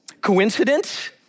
Coincidence